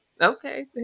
Okay